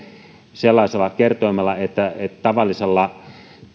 sellaisella kertoimella että että tavallisella